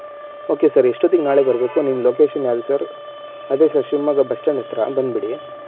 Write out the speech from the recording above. okay sir ಎಷ್ಟೊತ್ತಿಗೆ ನಾಳೆ ಬರ್ಬೇಕು ನಿಮ್ಮ ಲೊಕೇಶನ್ ಯಾವುದು ಸರ್ ಅದೇ ಸರ್ ಶಿವಮೊಗ್ಗ ಬಸ್ಟ್ಯಾಂಡ್ ಹತ್ತಿರ ಬಂದ್ಬಿಡಿ